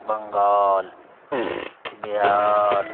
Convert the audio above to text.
Bengal Bihar